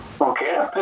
okay